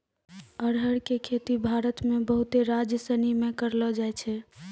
अरहर के खेती भारत मे बहुते राज्यसनी मे करलो जाय छै